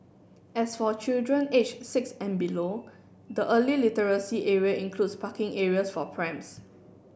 as for children aged six and below the early literacy area includes parking areas for prams